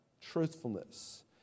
truthfulness